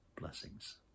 Blessings